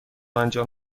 انجام